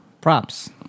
props